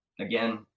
again